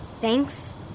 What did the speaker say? Thanks